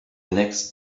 next